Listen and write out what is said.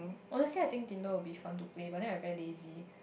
honestly I think Tinder will be fun to play but then I very lazy